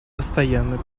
постоянный